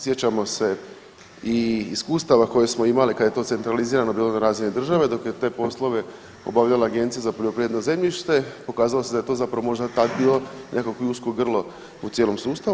Sjećamo se i iskustava koje smo imali kad je to centralizirano bilo na razini države dok je te poslove obavljala Agencija za poljoprivredno zemljište, pokazalo se da je to zapravo možda tad bilo nekako i usko grlo u cijelom sustavu.